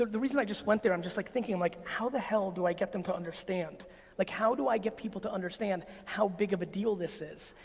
the reason i just went there, i'm just like thinking, i'm like, how the hell do i get them to understand? like how do i get people to understand how big of a deal this is?